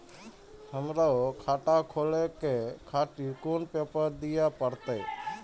हमरो खाता खोले के खातिर कोन पेपर दीये परतें?